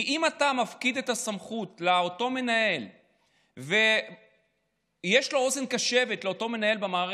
אם אתה מפקיד את הסמכות אצל אותו מנהל ויש לו אוזן קשבת במערכת,